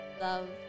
Love